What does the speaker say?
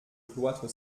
cloître